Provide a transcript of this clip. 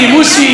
מושי,